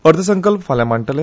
अर्थसंकल्प फाल्या मांडटले